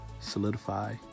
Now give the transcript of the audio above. solidify